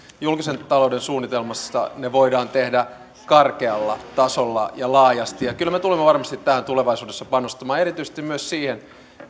julkisen talouden suunnitelmassa ne voidaan tehdä karkealla tasolla ja laajasti kyllä me tulemme varmasti tähän tulevaisuudessa panostamaan erityisesti myös siihen